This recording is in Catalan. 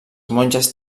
monges